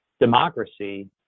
democracy